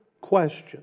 question